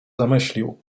zamyślił